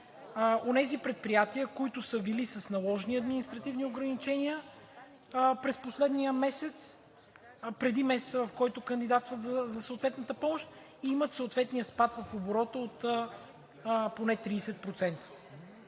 онези предприятия, които са били с наложени административни ограничения през последния месец, преди месеца, в който кандидатстват за съответната помощ и имат съответния спад в оборота от поне 30%.